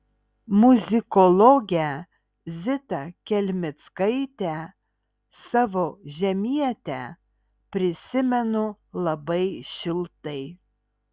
muzikologę zita kelmickaitę savo žemietę prisimenu labai šiltai